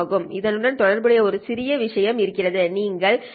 சரி இதனுடன் தொடர்புடைய ஒரு சிறிய விஷயம் இருக்கிறது நீங்கள் ஏ